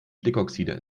stickoxide